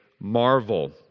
marvel